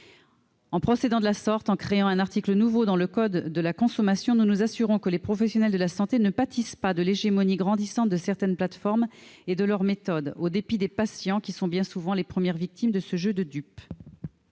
En introduisant à cette fin un article nouveau dans le code de la consommation, nous nous assurerons que les professionnels de la santé ne pâtissent pas de l'hégémonie grandissante de certaines plateformes dont les méthodes lèsent également les patients, qui sont bien souvent les premières victimes de ce jeu de dupes.